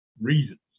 reasons